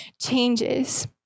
changes